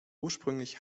ursprünglich